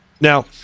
now